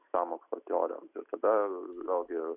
sąmokslo teorijoms ir tada vėl gi